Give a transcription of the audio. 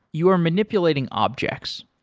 you are manipulating objects.